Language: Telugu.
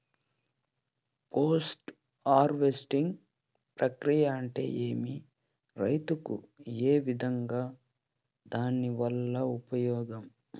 పోస్ట్ హార్వెస్టింగ్ ప్రక్రియ అంటే ఏమి? రైతుకు ఏ విధంగా దాని వల్ల ఉపయోగం?